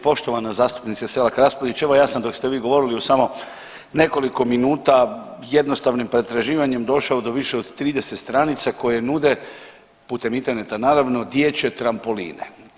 Poštovana zastupnice Selak Raspudić, evo ja sam dok ste vi govorili u samo nekoliko minuta jednostavnim pretraživanjem došao do više od 30 stranica koje nude, putem interneta naravno dječje trampoline.